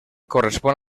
correspon